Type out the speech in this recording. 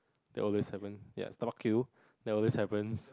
there always seven ya Starbucks queue they always seven